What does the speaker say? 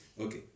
Okay